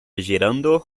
girando